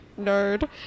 nerd